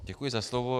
Děkuji za slovo.